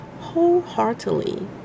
wholeheartedly